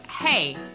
Hey